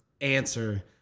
answer